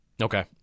Okay